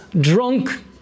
drunk